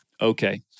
Okay